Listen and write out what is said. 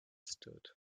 stood